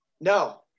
No